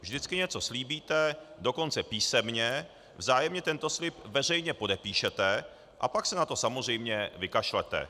Vždycky něco slíbíte, dokonce písemně, vzájemně tento slib veřejně podepíšete, a pak se na to samozřejmě vykašlete.